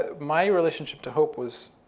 ah my relationship to hope was